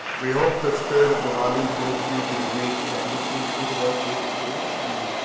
we hope the spirit of the valley moves you to donate generously to the work aid's doing. i mean,